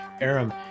Aram